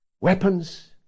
weapons